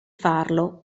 farlo